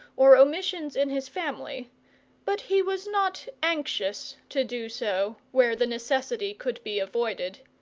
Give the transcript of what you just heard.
or omissions in his family but he was not anxious to do so where the necessity could be avoided.